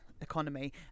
Economy